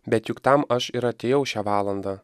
bet juk tam aš ir atėjau šią valandą